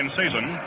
season